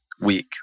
week